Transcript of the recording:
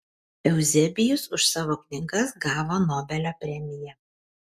euzebijus už savo knygas gavo nobelio premiją